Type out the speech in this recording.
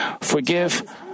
forgive